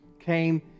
came